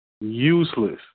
Useless